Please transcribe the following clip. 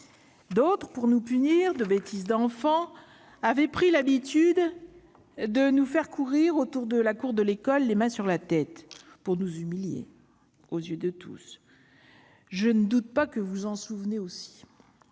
D'autres, pour nous punir de bêtises d'enfants, avaient pris l'habitude de nous faire courir autour de la cour de l'école avec les mains sur la tête pour nous humilier aux yeux de tous. Je ne doute pas que vous vous en souveniez aussi,